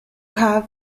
have